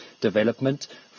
development